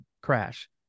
crash